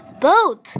Boat